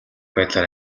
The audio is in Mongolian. байдлаар